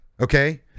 okay